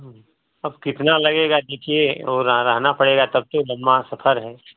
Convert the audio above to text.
अब कितना लगेगा देखिए रह रहना पड़ेगा तब तो लंबा सफर है